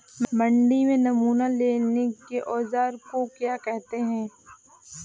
मंडी में नमूना लेने के औज़ार को क्या कहते हैं?